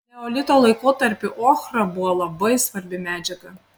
neolito laikotarpiu ochra buvo labai svarbi medžiaga